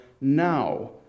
now